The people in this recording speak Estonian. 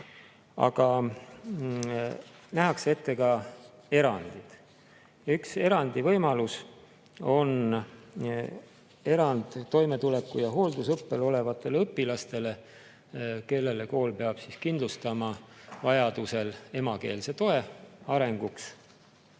Aga nähakse ette ka erandid. Üks erandi võimalus on erand toimetuleku‑ ja hooldusõppel olevatele õpilastele, kellele kool peab kindlustama vajaduse korral emakeelse toe arenguks.